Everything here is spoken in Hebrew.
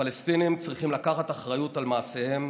הפלסטינים צריכים לקחת אחריות על מעשיהם